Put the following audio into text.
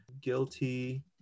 guilty